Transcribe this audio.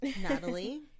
natalie